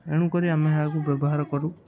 ଏଣୁ କରି ଆମେ ଏହାକୁ ବ୍ୟବହାର କରୁ